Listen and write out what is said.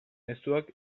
mezuak